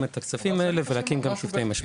את הכספים האלה ולהקים גם צוותי משבר.